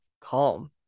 Calm